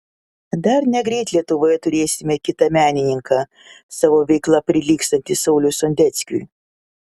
dar negreit lietuvoje turėsime kitą menininką savo veikla prilygstantį sauliui sondeckiui